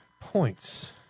Points